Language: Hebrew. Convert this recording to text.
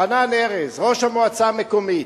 חנן ארז, ראש המועצה המקומית,